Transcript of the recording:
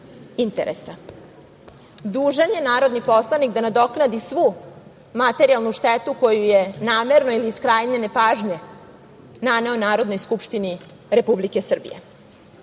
interesa. Dužan je narodni poslanik da nadoknadi svu materijalnu štetu koju je namerno ili iz krajnje nepažnje naneo Narodnoj skupštini Republike Srbije. Ono